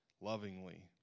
lovingly